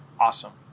awesome